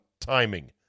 timing